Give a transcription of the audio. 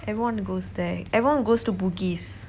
everyone goes there everyone goes to bugis